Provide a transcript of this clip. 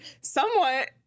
somewhat